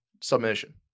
submission